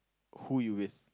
who you with